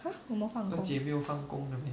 !huh! 什么放工